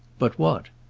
but what?